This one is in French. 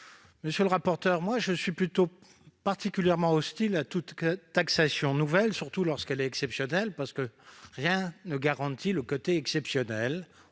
Monsieur le rapporteur général, je suis particulièrement hostile à toute taxation nouvelle, surtout lorsqu'elle est exceptionnelle, parce que rien ne garantit qu'elle le reste